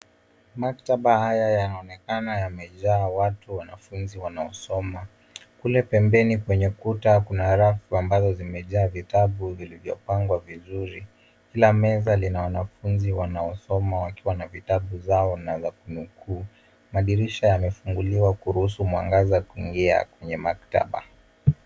Maktaba haya yanaonekana yamejaa watu, wanafunzi wanaosoma. Kule pembeni kwenye kuta kuna rafu ambazo zimejaa vitabu vilivyopangwa vizuri. Kila meza lina wanafunzi wanaosoma wakiwa na vitabu zao na za kunukuu. Madirisha yamefunguliwa kuruhusu mwangaza kuingia kwenye maktaba.